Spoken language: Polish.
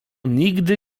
nigdy